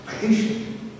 patient